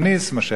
מה שהיה בתימן,